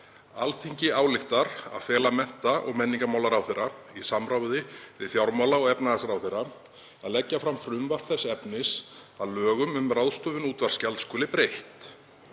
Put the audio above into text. „Alþingi ályktar að fela mennta- og menningarmálaráðherra í samráði við fjármála- og efnahagsráðherra að leggja fram frumvarp þess efnis að lögum um ráðstöfun útvarpsgjalds skuli breytt.